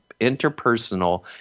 interpersonal